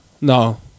No